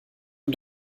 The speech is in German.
und